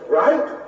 right